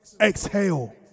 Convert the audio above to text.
exhale